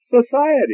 society